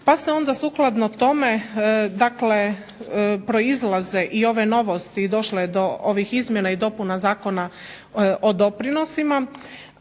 Pa onda sukladno tome dakle proizlaze i ove novosti i došlo je do ovih izmjena i dopuna Zakona o doprinosima,